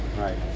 right